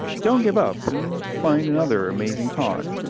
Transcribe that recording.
don't give up, and find another amazing talk!